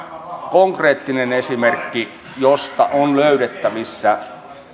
konkreettinen esimerkki joka on löydettävissä